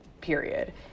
period